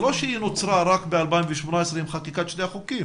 זה לא שהיא נוצרה רק ב-2018 עם חקיקת שני החוקים